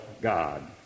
God